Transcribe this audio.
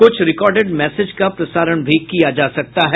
कुछ recorded message का प्रसारण भी किया जा सकता है